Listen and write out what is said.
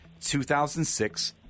2006